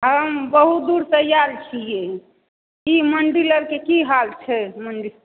हम बहुत दूरसँ आयल छियै ई मंडिल आरके की हाल छै